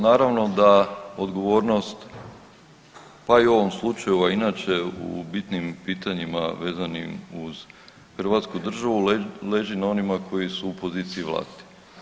Naravno da odgovornost pa i u ovom slučaju, a i inače u bitnim pitanjima vezanim uz hrvatsku državu leži na onima koji su u poziciji vlasti.